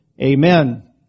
Amen